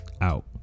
out